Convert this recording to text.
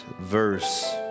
verse